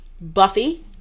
Buffy